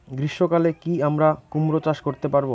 গ্রীষ্ম কালে কি আমরা কুমরো চাষ করতে পারবো?